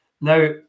Now